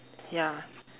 ya